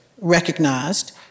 recognized